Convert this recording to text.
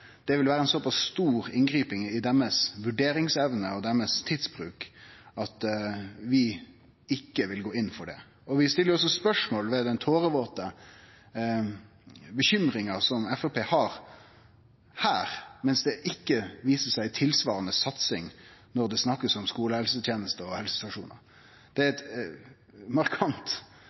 Det vil vere eit såpass stort inngrep i deira vurderingar og deira tidsbruk at vi ikkje vil gå inn for det. Og vi stiller også spørsmål ved den tårevåte bekymringa som Fremskrittspartiet har her, når det ikkje viser seg i tilsvarande satsing når det er snakk om skolehelsetenesta og helsestasjonar. Det er ein markant